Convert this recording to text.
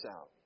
out